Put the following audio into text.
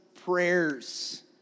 prayers